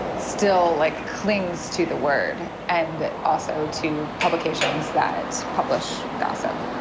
still like clings to the word and also to publications that publish gossip.